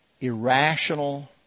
Irrational